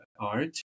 art